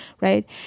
right